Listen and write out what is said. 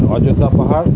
অযোধ্যা পাহাড়